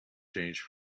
change